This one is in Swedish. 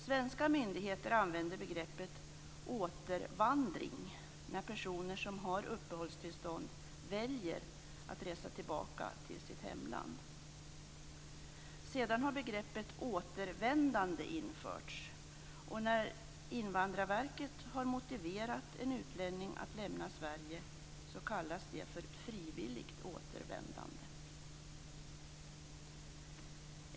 Svenska myndigheter har använt begreppet återvandring när personer som har uppehållstillstånd väljer att resa tillbaka till sitt hemland. Sedan har begreppet återvändande införts. När Invandrarverket har motiverat en utlänning att lämna Sverige, har det kallats för frivilligt återvändande.